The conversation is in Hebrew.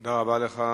תודה רבה לך.